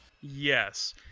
Yes